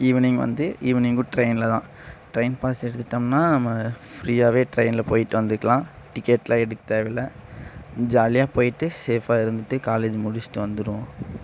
evening வந்து ஈவினிங்கும் ட்ரெயினில் தான் ட்ரெயின் பாஸ் எடுத்துவிட்டோம்னா நம்ம ஃப்ரீயாகவே ட்ரெயினில் போயிவிட்டு வந்துக்கலாம் டிக்கெட் எல்லாம் எடுக்க தேவைல்லை ஜாலியாக போயிவிட்டு சேஃபாக இருந்துவிட்டு காலேஜ் முடிச்சிவிட்டு வந்துருவோம்